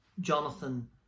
Jonathan